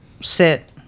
sit